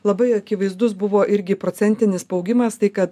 labai akivaizdus buvo irgi procentinis spaugimas tai kad